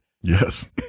Yes